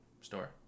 store